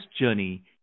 journey